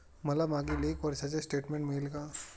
मला मागील एक वर्षाचे स्टेटमेंट मिळेल का?